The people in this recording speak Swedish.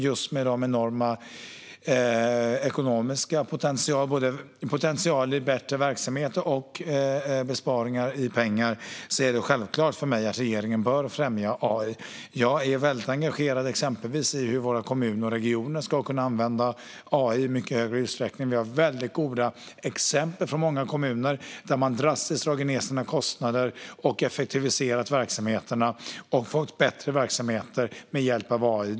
Just med tanke på den enorma potentialen för både bättre verksamhet och besparingar i pengar är det självklart för mig att regeringen bör främja AI. Jag är väldigt engagerad i exempelvis hur våra kommuner och regioner ska kunna använda AI i mycket större utsträckning. Vi har väldigt goda exempel från många kommuner där man drastiskt dragit ned sina kostnader, effektiviserat verksamheterna och fått bättre verksamheter med hjälp av AI.